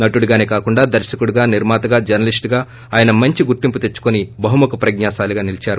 నటుడిగానే కాకుండా దెర్శకుడిగా నిర్మాతగా జర్సలీస్టుగా ఆయన మంచి గుర్తింపు తెచ్చుకుని బహుముఖ ప్రజ్ఞాశాలీగా నిలిదారు